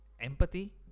empathy